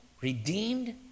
redeemed